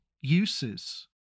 uses